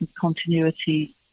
continuity